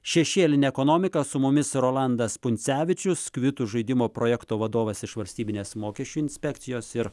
šešėlinę ekonomiką su mumis rolandas puncevičius kvitų žaidimo projekto vadovas iš valstybinės mokesčių inspekcijos ir